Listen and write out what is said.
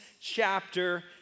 chapter